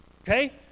Okay